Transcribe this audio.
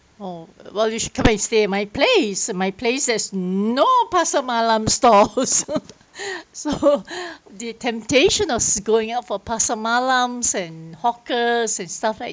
oh well you should come and stay at my place my place has no pasar malam store or so so the temptation of going out for pasar malam and hawkers and stuff like